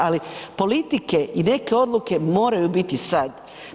Ali politike i neke odluke moraju biti sada.